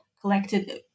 collected